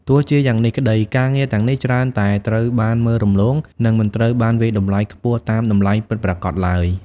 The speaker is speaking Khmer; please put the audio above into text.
ទោះជាយ៉ាងនេះក្តី ការងារទាំងនេះច្រើនតែត្រូវបានមើលរំលង និងមិនត្រូវបានវាយតម្លៃខ្ពស់តាមតម្លៃពិតប្រាកដឡើយ។